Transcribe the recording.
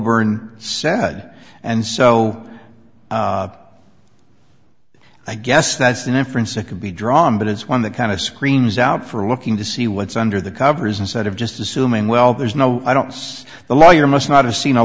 burn said and so i guess that's an inference that can be drawn but it's one that kind of screams out for looking to see what's under the covers instead of just assuming well there's no i don't see the lawyer must not have seen a